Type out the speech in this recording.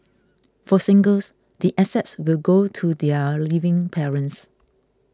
for singles the assets will go to their living parents